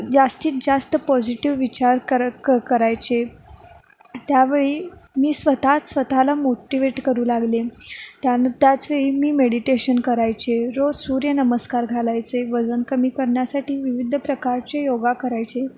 जास्तीत जास्त पॉझिटिव्ह विचार कर क करायचे त्यावेळी मी स्वतःच स्वतःला मोटिवेट करू लागले त्यानं त्याचवेळी मी मेडिटेशन करायचे रोज सूर्यनमस्कार घालायचे वजन कमी करण्यासाठी विविध प्रकारचे योगा करायचे